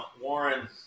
Warren